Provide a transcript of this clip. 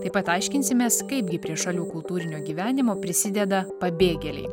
taip pat aiškinsimės kaipgi prie šalių kultūrinio gyvenimo prisideda pabėgėliai